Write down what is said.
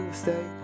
stay